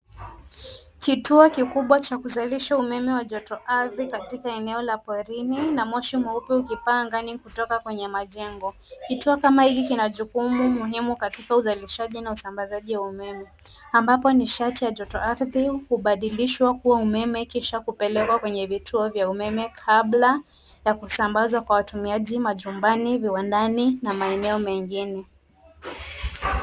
Kituo kikubwa cha kuzalisha umeme wa jotoardhi katika eneo la porini na moshi mweupe ukipaa angani kutoka kwenye majengo. Kituo kama hiki kina ukumu muhimu katika uzalishaji na usambazaji wa umeme ambapo nishati ya jotoardhi hubadilishwa kuwa umeme kisha kupelekwa kwenye vituo vya umeme kabla ya kusambazwa kwa watumiaji majumbani, viwandani na maeneo mengine.